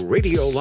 Radio